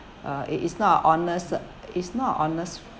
uh it it's not a a honest it's not a honest